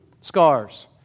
scars